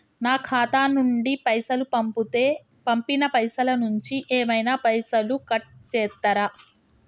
నా ఖాతా నుండి పైసలు పంపుతే పంపిన పైసల నుంచి ఏమైనా పైసలు కట్ చేత్తరా?